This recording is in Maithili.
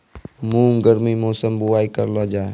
मूंग गर्मी मौसम बुवाई करलो जा?